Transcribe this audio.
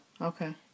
Okay